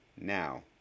Now